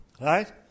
Right